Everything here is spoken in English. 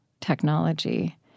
technology